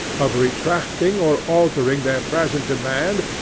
of retracting or altering their present demand,